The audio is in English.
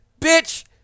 bitch